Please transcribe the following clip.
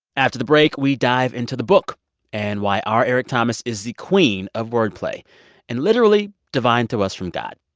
after the break, we dive into the book and why r. eric thomas is the queen of wordplay and literally divined to us from god.